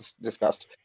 discussed